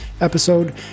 episode